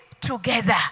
together